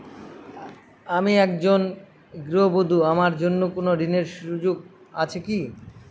আমি একজন গৃহবধূ আমার জন্য কোন ঋণের সুযোগ আছে কি?